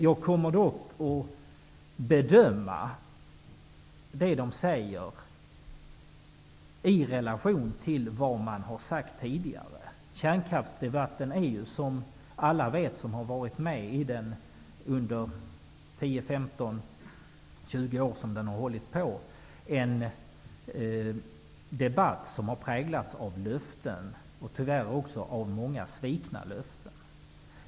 Jag kommer dock att bedöma vad de säger i relation till vad som har sagts tidigare. Kärnkraftsdebatten har -- som alla vet som har varit med under de senaste 10--20 åren -- präglats av löften och tyvärr av många svikna löften.